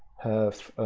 have